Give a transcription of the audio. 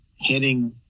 hitting